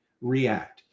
react